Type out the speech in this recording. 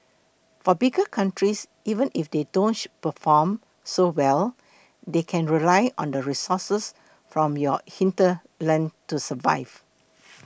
for bigger countries even if they don't perform so well they can rely on the resources from your hinterland to survive